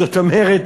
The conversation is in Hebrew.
זאת אומרת,